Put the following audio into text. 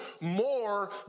more